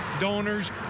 donors